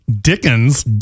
Dickens